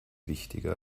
wichtiger